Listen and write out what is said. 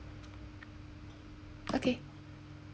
okay